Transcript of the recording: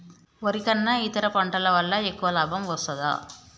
వరి కన్నా ఇతర పంటల వల్ల ఎక్కువ లాభం వస్తదా?